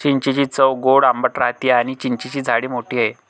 चिंचेची चव गोड आंबट राहते आणी चिंचेची झाडे मोठी आहेत